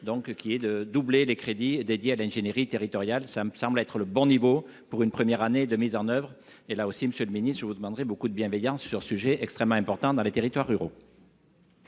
qui est de doubler les crédits dédiés à l'ingénierie territoriale, ça me semble être le bon niveau pour une première année de mise en oeuvre et là aussi, Monsieur le Ministre, je vous demanderais beaucoup de bienveillance sur sujet extrêmement important dans les territoires ruraux.